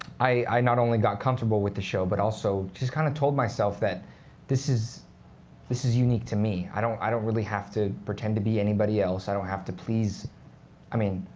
i not only got comfortable with the show, but also just kind of told myself that this is this is unique to me. i don't i don't really have to pretend to be anybody else. i don't have to please i mean,